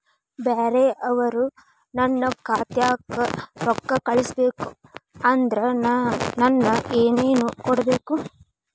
ಬ್ಯಾರೆ ಅವರು ನನ್ನ ಖಾತಾಕ್ಕ ರೊಕ್ಕಾ ಕಳಿಸಬೇಕು ಅಂದ್ರ ನನ್ನ ಏನೇನು ಕೊಡಬೇಕು?